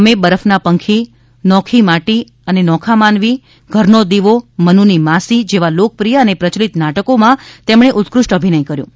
અમે બરફના પંખી નૌખી માટી અને નોખા માનવી ઘરનો દિવો મનુની માસી જેવા લોકપ્રિય અને પ્રચલિત નાટકોમાં તેમણે ઉત્કૃષ્ટ અભિનય કર્યો હતો